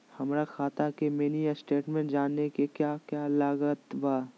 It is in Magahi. हमरा खाता के मिनी स्टेटमेंट जानने के क्या क्या लागत बा?